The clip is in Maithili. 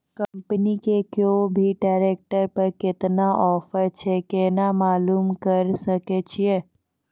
कंपनी के कोय भी ट्रेक्टर पर केतना ऑफर छै केना मालूम करऽ सके छियै?